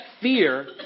fear